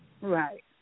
Right